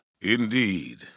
Indeed